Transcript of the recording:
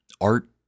art